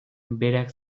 berak